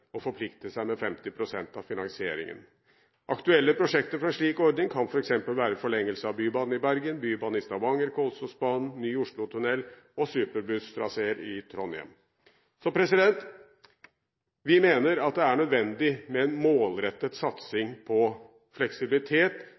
og forplikte seg med 50 pst. av finansieringen. Aktuelle prosjekter for en slik ordning kan f.eks. være forlengelse av Bybanen i Bergen, bybane i Stavanger, Kolsåsbanen, ny Oslotunnel og superbusstraseer i Trondheim. Vi mener at det er nødvendig med en målrettet satsing på fleksibilitet